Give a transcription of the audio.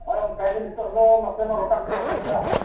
ᱦᱮᱸ ᱚᱱᱠᱟᱜᱮ ᱱᱤᱛᱳᱜ ᱫᱚ ᱱᱟᱥᱮᱢᱟ ᱨᱟᱠᱟᱵ ᱧᱚᱜ ᱟᱠᱟᱱ ᱜᱮᱭᱟ